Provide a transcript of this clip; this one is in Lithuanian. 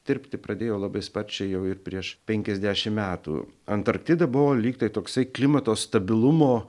tirpti pradėjo labai sparčiai jau ir prieš penkiasdešim metų antarktida buvo lyg tai toksai klimato stabilumo